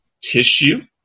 tissue